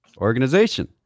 organization